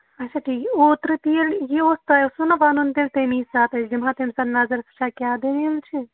اچھا ٹھیٖک اوترٕ تہِ ییٚلہِ یہِ اوس تۄہہِ اوسوٕ نا وَنُن تیٚلہِ تمے ساتہٕ أسۍ دِمہو تَمہِ ساتہٕ نظر أسۍ وچھہاو کیٛاہ دٔلیٖل چھِ